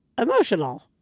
emotional